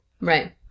Right